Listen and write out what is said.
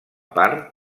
part